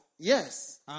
Yes